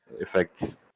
effects